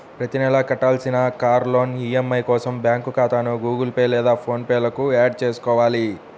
ప్రతి నెలా కట్టాల్సిన కార్ లోన్ ఈ.ఎం.ఐ కోసం బ్యాంకు ఖాతాను గుగుల్ పే లేదా ఫోన్ పే కు యాడ్ చేసుకోవాలి